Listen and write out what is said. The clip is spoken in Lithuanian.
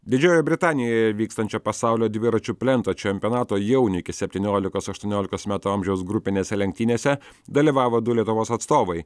didžiojoje britanijoje vykstančio pasaulio dviračių plento čempionato jaunių iki septyniolikos aštuoniolikos metų amžiaus grupinėse lenktynėse dalyvavo du lietuvos atstovai